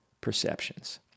perceptions